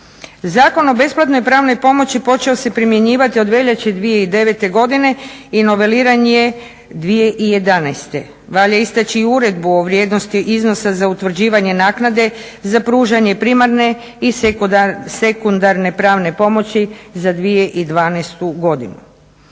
Zakon o besplatnoj pravnoj pomoći počeo se primjenjivati od veljače 2009. godine i noveliran je 2011. Valja istaći i Uredbu o vrijednosti iznosa za utvrđivanje naknade za pružanje primarne i sekundarne pravne pomoći za 2012. godinu.